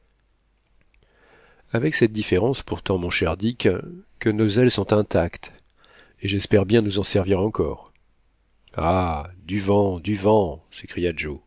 avec cette différence pourtant mon cher dick que nos ailes sont intactes et j'espère bien nous en servir encore ah du vent du vent s'écria